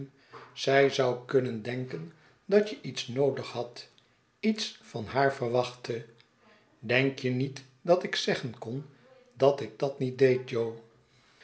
zij zou kunnen denken dat je iets noodig hadt iets van haar verwachtte denk je niet dat ik zeggen kon dat ik dat niet deed jo